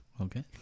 Okay